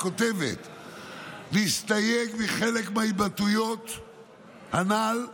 להסתייג מחלק מההתבטאויות הנ"ל,